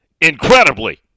incredibly